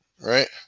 right